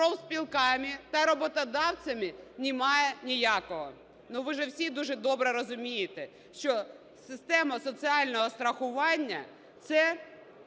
профспілками та роботодавцями немає ніякого. Ну, ви ж всі дуже добре розумієте, що система соціального страхування – це